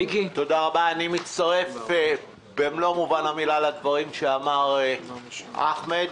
אני מצטרף במלוא מובן המילה לדברים שאמר אחמד.